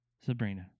Sabrina